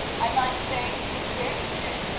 i might say is very sick,